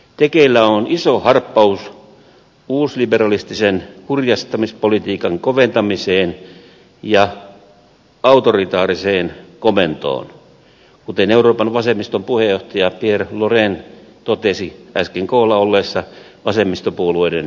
tekeillä on iso harppaus uusliberalistisen kurjistamispolitiikan koventamiseen ja autoritaariseen komentoon kuten euroopan vasemmiston puheenjohtaja pierre laurent totesi äsken koolla olleessa vasemmistopuolueiden kokouksessa